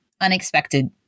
unexpected